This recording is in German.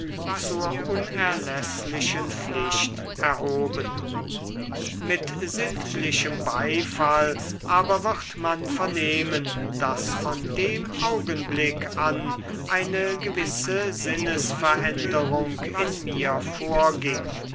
zur unerläßlichen pflicht erhoben mit sittlichem beifall aber wird man vernehmen daß von dem augenblick an eine gewisse sinnesveränderung in mir vorging